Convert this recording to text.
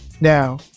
now